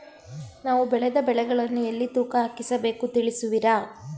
ನಾವು ಬೆಳೆದ ಬೆಳೆಗಳನ್ನು ಎಲ್ಲಿ ತೂಕ ಹಾಕಿಸ ಬೇಕು ತಿಳಿಸುವಿರಾ?